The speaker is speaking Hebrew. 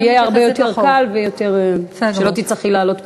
יהיה הרבה יותר קל, לא תצטרכי לעלות פעמיים.